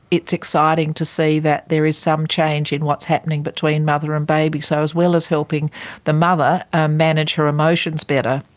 it's exciting to see that there is some change in what's happening between mother and baby. so as well as helping the mother ah manage her emotions better,